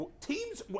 Teams